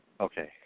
Okay